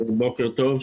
בוקר טוב.